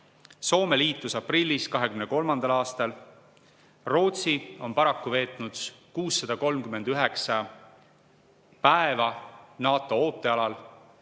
Soome liitus aprillis 2023. aastal. Rootsi on paraku veetnud 639 päeva NATO ootealal